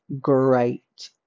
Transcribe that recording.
great